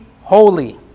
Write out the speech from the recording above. holy